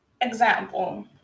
example